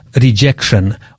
Rejection